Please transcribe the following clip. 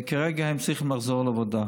כרגע הם צריכים לחזור לעבודה.